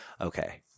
Okay